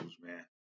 man